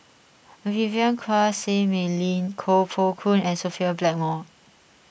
Vivien Quahe Seah Mei Lin Koh Poh Koon and Sophia Blackmore